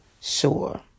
sure